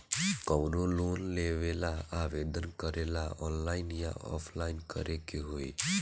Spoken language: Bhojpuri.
कवनो लोन लेवेंला आवेदन करेला आनलाइन या ऑफलाइन करे के होई?